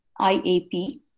IAP